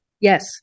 Yes